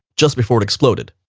just before it exploded.